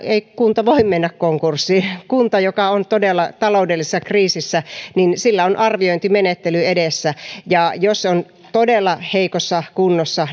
ei kunta voi mennä konkurssiin kunnalla joka on todella taloudellisessa kriisissä on arviointimenettely edessä ja jos se on todella heikossa kunnossa